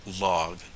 log